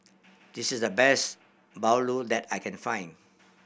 this is the best bahulu that I can find